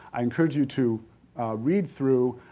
i encourage you to read through,